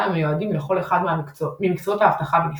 המיועדים לכל אחד ממקצועות האבטחה בנפרד.